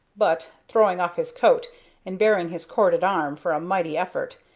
but, throwing off his coat and baring his corded arm for a mighty effort,